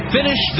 Finish